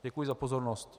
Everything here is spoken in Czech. Děkuji za pozornost.